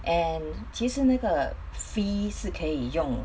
and 其实那个 fee 是可以用